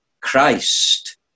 Christ